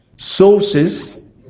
Sources